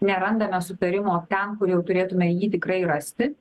nerandame sutarimo ten kur jau turėtume jį tikrai rasti